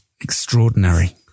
extraordinary